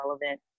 relevant